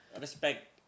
Respect